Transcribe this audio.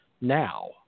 now